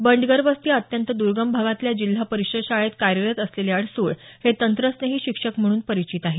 बंडगरवस्ती या अत्यंत दुर्गम भागातल्या जिल्हा परिषद शाळेत कार्यरत असलेले अडसूळ हे तंत्रस्नेही शिक्षक म्हणून परिचित आहेत